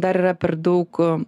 dar yra per daug